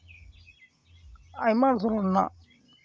ᱟᱭᱢᱟ ᱫᱷᱚᱨᱚᱱ ᱨᱮᱱᱟᱜ